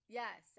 yes